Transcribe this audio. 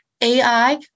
AI